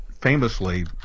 famously